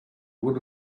would